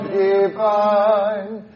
divine